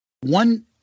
one